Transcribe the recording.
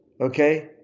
okay